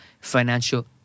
financial